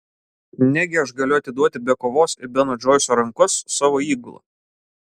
negi aš galiu atiduoti be kovos į beno džoiso rankas savo įgulą